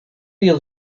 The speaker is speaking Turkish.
yıl